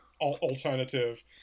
alternative